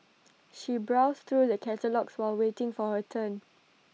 she browsed through the catalogues while waiting for her turn